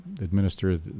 administer